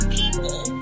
people